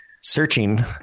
searching